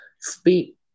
speak